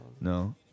No